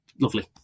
Lovely